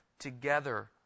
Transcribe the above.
together